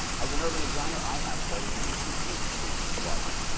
as an urban designer, i have quite a few issues with this project.